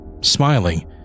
Smiling